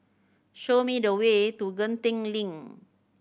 show me the way to Genting Link